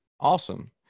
Awesome